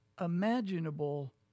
imaginable